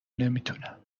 نمیتونم